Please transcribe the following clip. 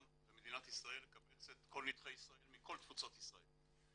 ומדינת ישראל לקבץ את כל נתחי ישראל מכל תפוצות ישראל.